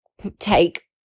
take